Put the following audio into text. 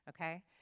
okay